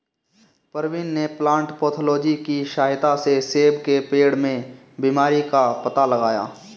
प्रवीण ने plant pathology की सहायता से सेब के पेड़ में बीमारी का पता लगाया